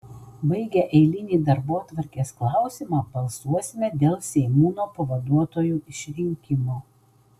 baigę eilinį darbotvarkės klausimą balsuosime dėl seniūno pavaduotojų išrinkimo